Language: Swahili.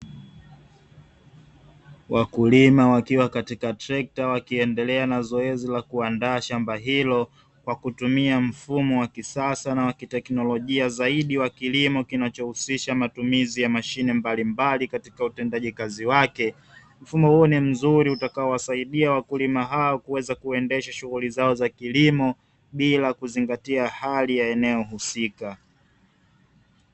Wakulima wakiwa katika treka wakiendelea na zoezi la kuandaa shamba, hilo kwa kutumia mfumo wa kisasa na wakitekinolojia zaidi wa kilimo kinacho husisha matumizi ya mashine mbalimbali katika utendaji kazi wake. Mfumo huu ni mzuri utakao wasaidia wakulima hao kuweza kuendesha shughuli zao za kilimo bila, kuzingatia hali ya sehemu husika.